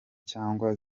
cyangwa